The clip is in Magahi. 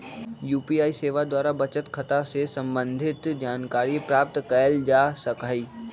यू.पी.आई सेवा द्वारा बचत खता से संबंधित जानकारी प्राप्त कएल जा सकहइ